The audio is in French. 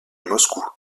moscou